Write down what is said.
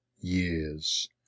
years